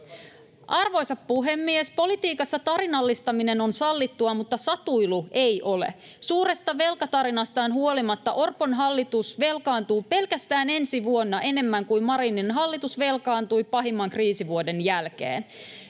Arvoisa puhemies! Politiikassa tarinallistaminen on sallittua, mutta satuilu ei ole. Suuresta velkatarinastaan huolimatta Orpon hallitus velkaantuu pelkästään ensi vuonna enemmän kuin Marinin hallitus velkaantui pahimman kriisivuoden jälkeen.